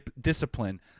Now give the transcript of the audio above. discipline